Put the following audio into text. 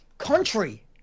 country